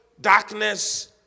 darkness